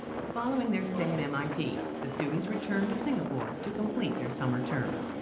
following their stay at mit, the students returned to singapore to complete their summer term.